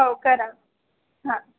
हो करा हां